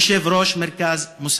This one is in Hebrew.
יושב-ראש מרכז מוסאוא.